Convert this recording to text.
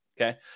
Okay